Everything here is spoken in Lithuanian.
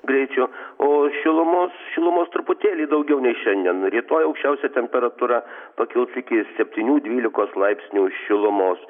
greičiu o šilumos šilumos truputėlį daugiau nei šiandien rytoj aukščiausia temperatūra pakils iki septynių dvylikos laipsnių šilumos